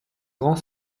grand